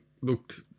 looked